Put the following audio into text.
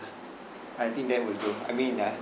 I think that will do I mean uh